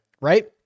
right